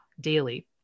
daily